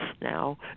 now